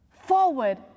forward